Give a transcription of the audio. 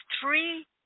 three